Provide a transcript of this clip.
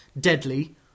deadly